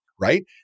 right